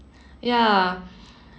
ya